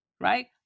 right